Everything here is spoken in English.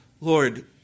Lord